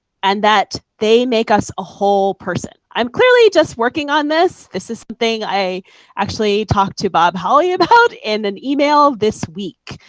and that they make us a whole person. i am clearly just working on this. this issomething i actually talked to bob holly about in an email this week,